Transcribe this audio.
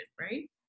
Right